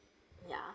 ya